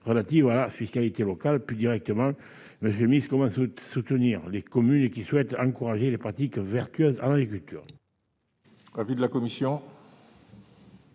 relatives à la fiscalité locale. Plus directement, monsieur le ministre, comment soutenir les communes qui souhaitent encourager les pratiques vertueuses en agriculture ?